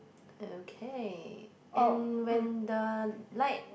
okay and when the light